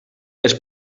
els